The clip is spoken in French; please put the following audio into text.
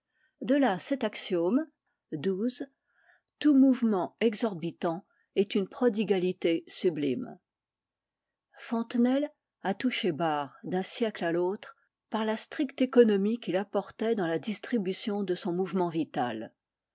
de là cet axiome xii tout mouvement exorbitant est une prodigalité sublime fontenelle a touché barre d'un siècle à l'autre par la stricte économie qu'il apportait dans la distribution de son mouvement vital